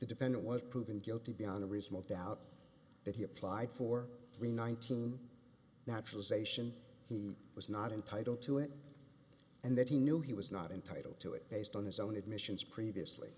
defendant was proven guilty beyond a reasonable doubt that he applied for the nineteen naturalization he was not entitled to it and that he knew he was not entitled to it based on his own admissions previously